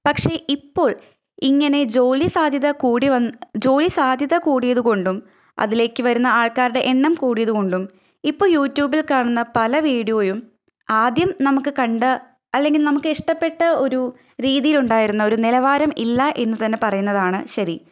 പക്ഷെ ഇപ്പോള് ഇങ്ങനെ ജോലി സാധ്യത കൂടി വന്നത് ജോലി സാധ്യത കൂടിയത് കൊണ്ടും അതിലേക്ക് വരുന്ന ആള്ക്കാരുടെ എണ്ണം കൂടിയത് കൊണ്ടും ഇപ്പോൾ യൂറ്റൂബില് കാണുന്ന പല വീഡിയോയും ആദ്യം നമുക്ക് കണ്ടത് അല്ലെങ്കിൽ നമുക്ക് ഇഷ്ടപ്പെട്ട ഒരു രീതിയിലുണ്ടായിരുന്ന ഒരു നിലവാരം ഇല്ല എന്നു തന്നെ പറയുന്നതാണ് ശരി